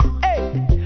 hey